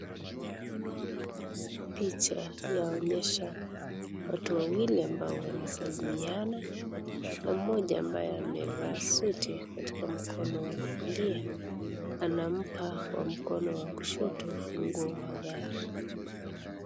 Picha yaonyesha watu wawili ambao wanasalimiana. Na mmoja, ambaye amevaa suti, katika mkono wa kulia anampa wa mkono wa kushoto ufunguo wa gari.